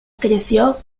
creció